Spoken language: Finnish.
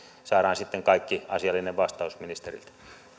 saadaan sitten kaikki asiallinen vastaus ministeriltä